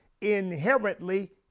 inherently